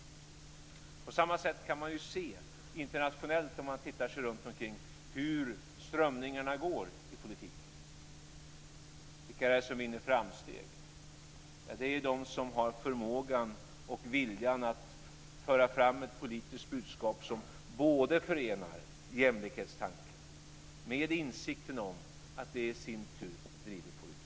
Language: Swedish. På samma sätt kan man ju se internationellt när man tittar sig runt omkring på hur strömningarna går i politiken. Vilka är det som vinner framsteg? Det är ju de som har förmågan och viljan att föra fram ett politiskt budskap som förenar jämlikhetstanken med insikten om att det i sin tur driver på utvecklingen.